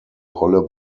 rolle